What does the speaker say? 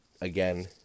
again